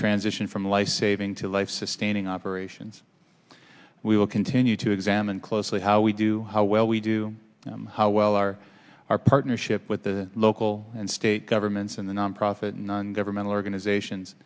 transition from lifesaving to life sustaining operations we will continue to examine closely how we do how well we do how well our our partnership with the local and state governments and the nonprofit non governmental organizations